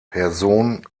person